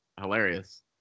hilarious